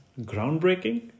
groundbreaking